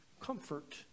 comfort